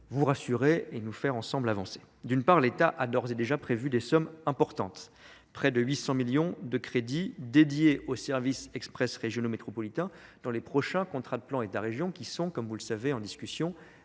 vous rassurer et nous faire ensemble avancer d'une part l'état a d'ores et déjà prévu des sommes importantes près de huit cents millions de crédits dédiés au service express régionaux métropolitains dans les prochains contrats de plans et de régions qui sont comme vous le savez en discussion